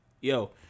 Yo